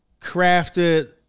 crafted